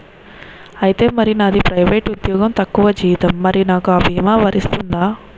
ఐతే మరి నాది ప్రైవేట్ ఉద్యోగం తక్కువ జీతం మరి నాకు అ భీమా వర్తిస్తుందా?